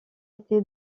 été